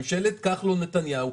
ממשלת כחלון-נתניהו,